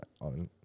on